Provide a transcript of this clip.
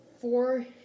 four